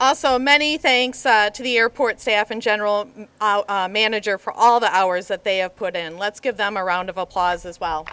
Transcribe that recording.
d so many thanks to the airport staff and general manager for all the hours that they have put in let's give them a round of applause as well